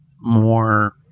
more